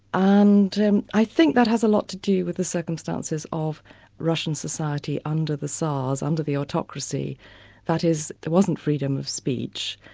and i think that has a lot to do with the circumstances of russian society under the tsars, under the autocracy that is, there wasn't freedom of speech.